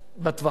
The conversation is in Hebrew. בטווח הארוך.